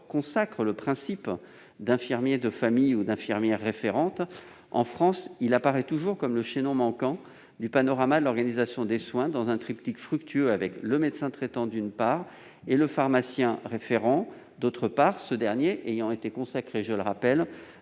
consacre le principe d'infirmier de famille ou d'infirmière référente, l'infirmier apparaît toujours, en France, comme le chaînon manquant du panorama de l'organisation des soins, alors qu'il pourrait constituer un triptyque fructueux avec le médecin traitant, d'une part, et le pharmacien référent, d'autre part, ce dernier ayant été consacré, je le rappelle,